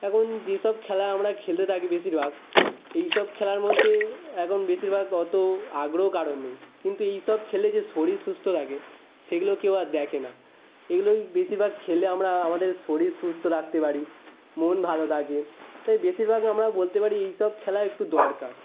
এখন যেসব খেলা আমরা খেলে থাকি বেশিরভাগ এইসব খেলার মধ্যে এখনা বেশিরভাগ অতো আগ্রহ কারোর নেই কিন্তু এইসব খেললে যে শরীর সুস্থ থাকে সেইগুলো কেউ আর দেখে না এগুলো ওই বেশিরভাগ খেলে আমরা আমাদের শরীর সুস্থ রাখতে পারি মন ভালো থাকে তো এই বেশিরভাগ আমরা বলতে পারি এইসব খেলা একটু দরকার